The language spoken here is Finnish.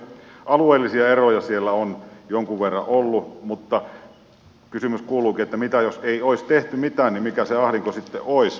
alueellisia eroja siellä on jonkin verran ollut mutta kysymys kuuluukin että mitä jos ei olisi tehty mitään niin mikä se ahdinko sitten olisi